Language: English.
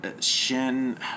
Shin